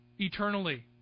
eternally